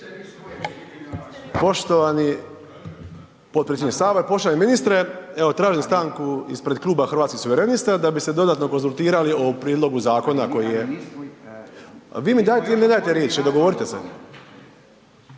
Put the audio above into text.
poštovani ministre evo tražim stanku ispred Kluba Hrvatskih suverenista da bi se dodatno konzultirali o prijedlogu zakona koji je, vi mi daje, vi mi